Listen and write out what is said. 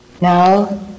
Now